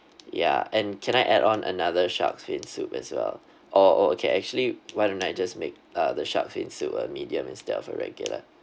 ya and can I add on another shark's fin soup as well or oh okay actually why don't I just make uh the shark's fin soup a medium instead of a regular